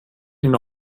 ihnen